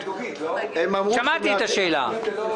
שמעתי את השאלה.